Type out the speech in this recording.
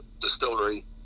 distillery